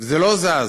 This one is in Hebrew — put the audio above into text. וזה לא זז.